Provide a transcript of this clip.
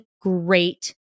great